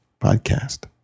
Podcast